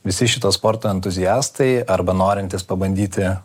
visi šito sporto entuziastai arba norintys pabandyti